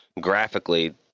Graphically